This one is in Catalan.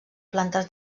plantes